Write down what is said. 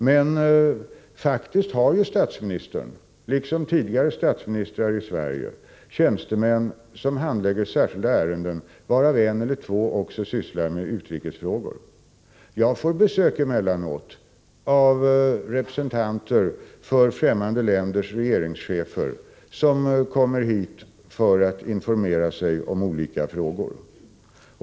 Men statsministern har faktiskt, liksom tidigare statsministrar i Sverige, tjänstemän som handlägger särskilda ärenden, varav en eller två också sysslar med utrikesfrågor. Jag får emellanåt besök av representanter för främmande länders regeringschefer som kommer hit för att informera sig i olika frågor.